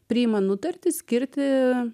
priima nutartį skirti